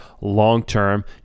long-term